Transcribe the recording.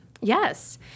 Yes